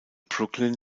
brooklyn